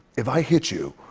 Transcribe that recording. if i hit you,